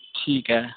ਠੀਕ ਹੈ